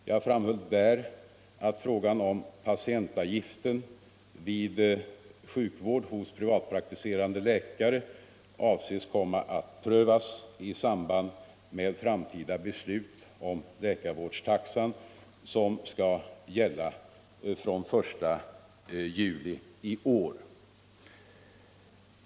Jag framhöll där att frågan om patientavgiften vid sjukvård hos privatpraktiserande läkare avses komma att prövas i samband med framtida beslut om läkarvårdstaxan, som skall gälla från den 1 juli i år.